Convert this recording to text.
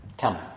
Come